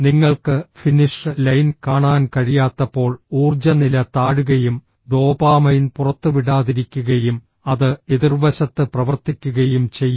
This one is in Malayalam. നിങ്ങൾക്ക് ഫിനിഷ് ലൈൻ കാണാൻ കഴിയാത്തപ്പോൾ ഊർജ്ജ നില താഴുകയും ഡോപാമൈൻ പുറത്തുവിടാതിരിക്കുകയും അത് എതിർവശത്ത് പ്രവർത്തിക്കുകയും ചെയ്യും